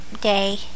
day